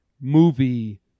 movie